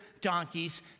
donkeys